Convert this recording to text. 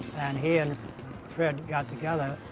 and he and fred got together.